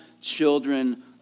children